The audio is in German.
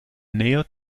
nähe